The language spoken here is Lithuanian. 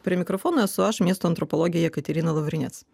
prie mikrofono esu aš miesto antropologė jekaterina lavrinec